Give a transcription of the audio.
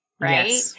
right